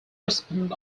recipient